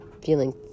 feeling